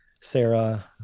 Sarah